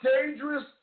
dangerous